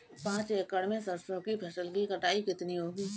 पांच एकड़ में सरसों की फसल की कटाई कितनी होगी?